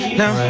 now